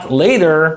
later